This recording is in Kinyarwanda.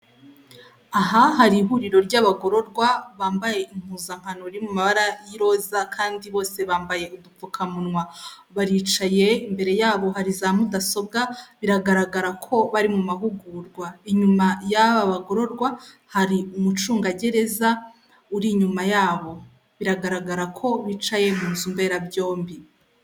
Aha hari ihuriro ry'abagororwa bambaye impuzankano iri mu mabara y'iroza kandi bose bambaye udupfukamunwa. Baricaye imbere yabo hari za mudasobwa biragaragara ko bari mu mahugurwa. Inyuma y'aba bagororwa hari umucungagereza uri inyuma yabo, biragaragara ko bicaye mu nzu mberabyombi.